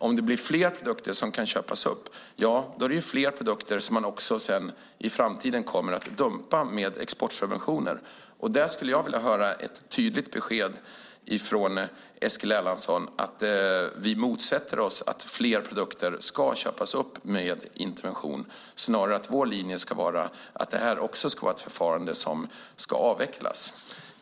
Om fler produkter köps upp blir det fler produkter som i framtiden dumpas med exportsubventioner. Jag skulle vilja ha ett tydligt besked från Eskil Erlandsson att Sverige motsätter sig att fler produkter ska köpas upp med intervention och att vår linje är att detta är ett förfarande som ska avvecklas.